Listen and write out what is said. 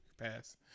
pass